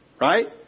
Right